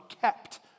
kept